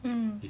mm